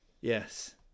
Yes